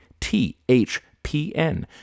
THPN